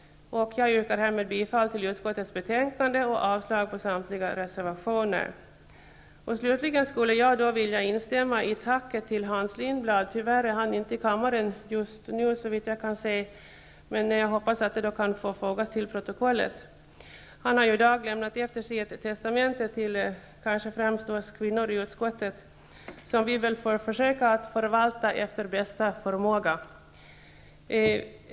Jag yrkar härmed bifall till utskottets hemställan och avslag på samtliga reservationer. Slutligen skulle jag vilja instämma i tacket till Hans Lindblad. Tyvärr finns han inte i kammaren just nu, men jag hoppas att detta kan fogas till protokollet. Han har i dag lämnat efter sig ett testamente, kanske främst till oss kvinnor i utskottet, som vi får försöka förvalta efter bästa förmåga.